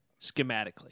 schematically